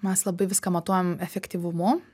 mes labai viską matuojam efektyvumu